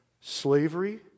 Slavery